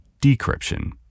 decryption